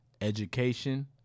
education